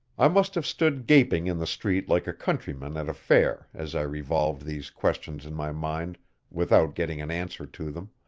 i must have stood gaping in the street like a countryman at a fair as i revolved these questions in my mind without getting an answer to them,